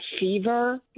fever